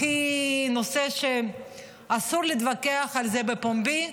והוא נושא שאסור להתווכח עליו בפומבי.